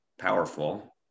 powerful